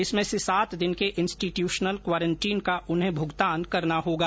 इसमें से सात दिन के इंस्टीट्यूशनल क्वारंटीन का उन्हें भुगतान करना होगा